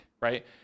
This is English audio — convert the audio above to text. right